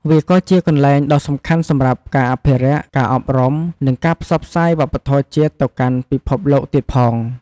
វាក៏ជាកន្លែងដ៏សំខាន់សម្រាប់ការអភិរក្ស ការអប់រំ និងការផ្សព្វផ្សាយវប្បធម៌ជាតិទៅកាន់ពិភពលោកទៀតផង។